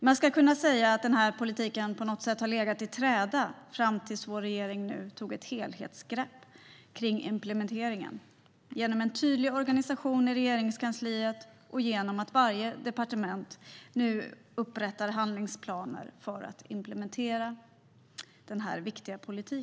Man skulle kunna säga att denna politik på något sätt legat i träda fram till att vår regering tog ett helhetsgrepp kring implementeringen genom en tydlig organisation i Regeringskansliet och genom att varje departement nu upprättar handlingsplaner för att implementera den här viktiga politiken.